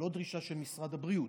זו לא דרישה של משרד הבריאות,